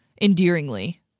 endearingly